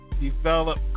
develop